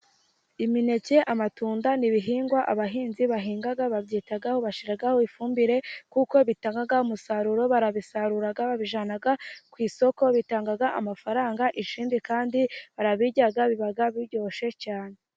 Imineke, amatunda n'ibihingwa abahinzi bahinga, babyitaho bashyiraho ifumbire kuko bitanga umusaruro, barabisarura babijyana ku isoko bitanga amafaranga, ikindi kandi barabirya biba biryoshye cyane.